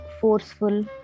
forceful